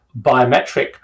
biometric